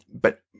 But-